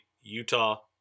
Utah